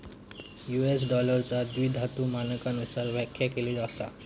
US डॉलरचा द्विधातु मानकांनुसार व्याख्या केली असा